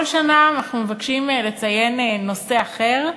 כל שנה אנחנו מבקשים לציין נושא אחר,